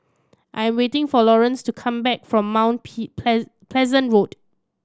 I'm waiting for Lawrence to come back from Mount Pleasant Road